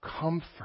comfort